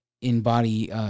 in-body